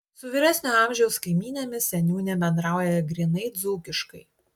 su vyresnio amžiaus kaimynėmis seniūnė bendrauja grynai dzūkiškai